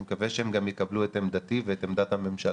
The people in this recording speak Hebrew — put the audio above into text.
אני מקווה שהם גם יקבלו את עמדתי ואת עמדת הממשלה,